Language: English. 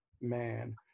man